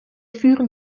führen